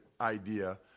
idea